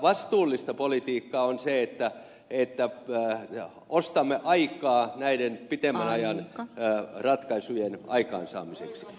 vastuullista politiikkaa on se että ostamme aikaa näiden pitemmän ajan ratkaisujen aikaansaamiseksi